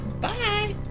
Bye